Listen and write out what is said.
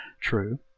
true